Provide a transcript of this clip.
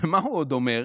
מה עוד הוא אומר?